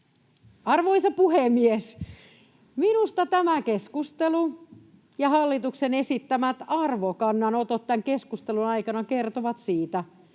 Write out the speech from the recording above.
Arvoisa puhemies! Minusta tämä keskustelu ja hallituksen esittämät arvokannanotot tämän keskustelun aikana kertovat siitä,